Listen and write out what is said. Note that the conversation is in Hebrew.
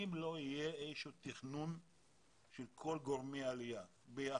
צריך להיות איזשהו תכנון של כל גורמי העלייה ביחד,